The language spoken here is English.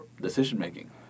decision-making